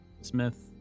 Smith